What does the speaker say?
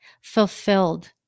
fulfilled